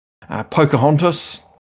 Pocahontas